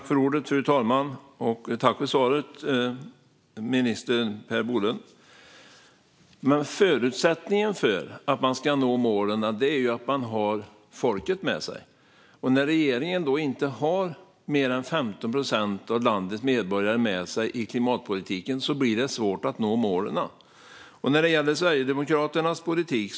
Fru talman! Tack, minister Per Bolund, för svaret! Förutsättningen för att man ska nå målen är att man har folket med sig. När regeringen inte har mer än 15 procent av landets medborgare med sig i klimatpolitiken blir det svårt att nå målen. Ministern tog upp Sverigedemokraternas politik.